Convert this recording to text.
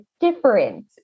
different